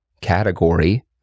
category